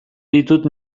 ditut